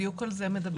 בדיוק על זה הוא מדבר.